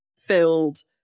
filled